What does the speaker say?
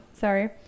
Sorry